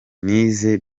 nize